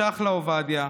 צ'חלה עובדיה,